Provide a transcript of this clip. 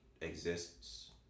exists